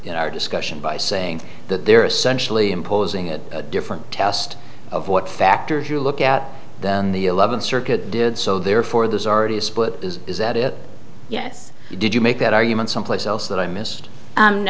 in our discussion by saying that they're essentially imposing a different test of what factors to look at than the eleventh circuit did so therefore there's already a split is that it yes did you make that argument someplace else that i missed